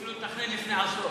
התחילו לתכנן לפני עשור.